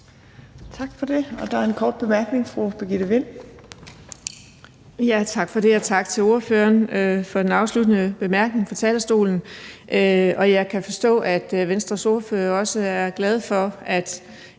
Tak. Der er en kort bemærkning fra fru Birgitte Vind. Kl. 15:27 Birgitte Vind (S): Tak for det, og tak til ordføreren for den afsluttende bemærkning fra talerstolen. Jeg kan forstå, at Venstres ordfører også er glad for, at